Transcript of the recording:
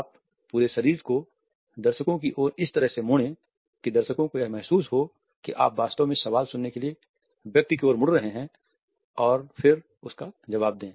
आप पूरे शरीर को दर्शकों की ओर इस तरह से मोड़ें कि दर्शकों को यह महसूस हो कि आप वास्तव में सवाल सुनने के लिए व्यक्ति की ओर मुड़ रहे हैं और फिर उस का जवाब दे